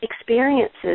experiences